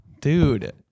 Dude